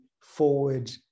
forward